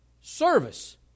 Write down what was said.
Service